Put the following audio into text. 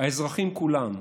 האזרחים כולם,